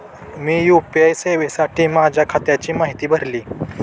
मी UPI सेवेसाठी माझ्या खात्याची माहिती भरली